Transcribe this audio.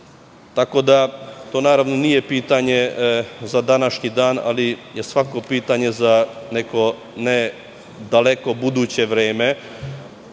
sistema. To nije pitanje za današnji dan, ali je svakako pitanje za neko ne daleko, buduće vreme,